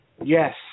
Yes